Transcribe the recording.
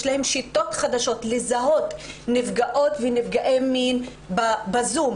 יש להם שיטות חדשות לזהות נפגעות ונפגעי מין בזום,